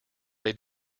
they